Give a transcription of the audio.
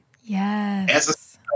Yes